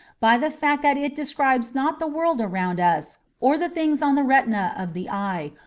by the fact that it describes not the world around us, or the things on the retina of the eye,